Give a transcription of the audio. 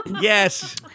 yes